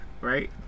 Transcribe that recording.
Right